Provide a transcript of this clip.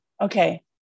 okay